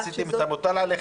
עשיתם את המוטל עליכם,